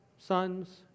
Sons